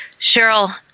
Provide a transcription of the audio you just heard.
Cheryl